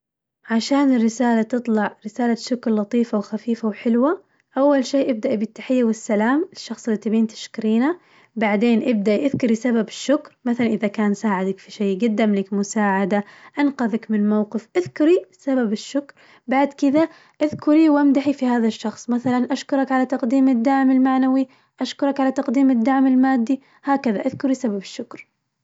عشان الرسالة تطلع رسالة شكر لطيفة وخفيفة وحلوة أول شي ابدأي بالتحية والسلام للشخص اللي تبين تشكرينه، بعدين ابدأي اذكري سبب الشكر مثلاً إذا كان ساعدك في شي قدملك مساعدة أنقذك من موقف، اذكري سبب الشكر بعد كذا اذكري وامدحي في هذا الشخص مثلاً أشكرك على تقديم الدعم المعنوي أشكرك على تقديم الدعم المادي هكذا اذكري سبب الشكر.